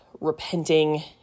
repenting